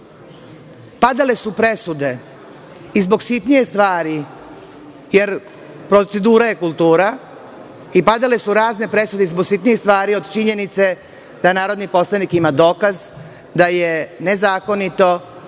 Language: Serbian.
Padale su presude i zbog sitnijih stvari, jer procedura je kultura, i padale su razne presude i zbog sitnijih stvari, od činjenice da narodni poslanik ima dokaz da je nezakonito,